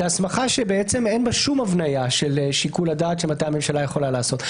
זו הסמכה שאין בה שום הבניה של שיקול הדעת מתי הממשלה יכולה לעשות.